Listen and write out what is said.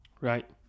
Right